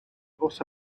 also